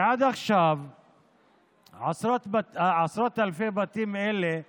כי עד עכשיו עשרות אלפי בתים אלה,